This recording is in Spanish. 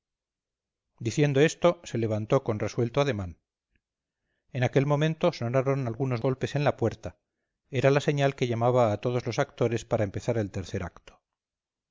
diciendo esto se levantó con resuelto ademán en aquel momento sonaron algunos golpes en la puerta era la señal que llamaba a todos los actores para empezar el tercer acto